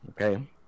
Okay